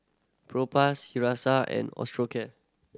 Propass and Osteocare